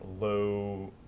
low